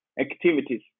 activities